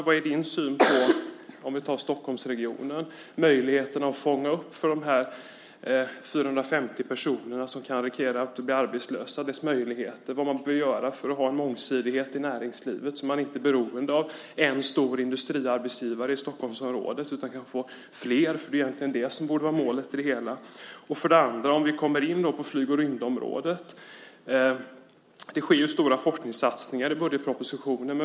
Vad är din syn på möjligheten i Stockholmsregionen att fånga upp de här 450 personerna som riskerar att bli arbetslösa? Vad bör man göra för att ha en mångsidighet i näringslivet så att man inte är beroende av en stor industriarbetsgivare i Stockholmsområdet utan kan få flera? Det är ju egentligen det som borde vara målet. När det gäller flyg och rymdområdet görs det ju stora forskningssatsningar i budgetpropositionen.